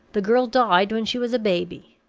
the girl died when she was a baby.